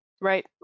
Right